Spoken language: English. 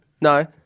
No